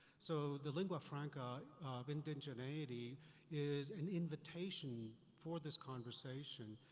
so the lingua-franka of indigeneity is an invitation for this conversation.